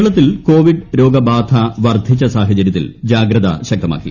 കേരളത്തിൽ കോവിഡ് രോഗബാധ വർധിച്ച സാഹചരൃത്തിൽ ജാഗ്രത ശക്തമാക്കി